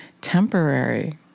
temporary